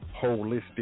holistic